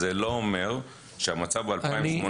שזה לא אומר שהמצב ב-2018 היה פחות.